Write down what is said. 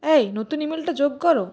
অ্যাই নতুন ইমেলটা যোগ করো